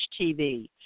TV